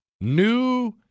New